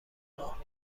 راه